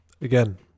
again